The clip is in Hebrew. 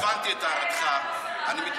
קודם כול, אם לא הבנתי את הערתך, אני מתנצל.